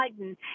Biden